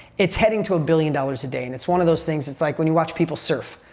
it's heading to a billion dollars a day and it's one of those things, it's like, when you watch people surf.